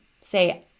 say